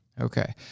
Okay